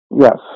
Yes